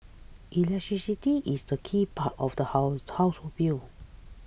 electricity is the key part of the house household bill